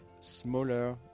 smaller